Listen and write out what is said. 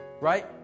right